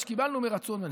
הרי קיבלנו מרצון.